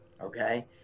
Okay